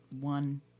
one